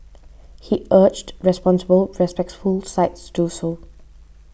he urged responsible respectable sites do so